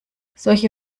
solche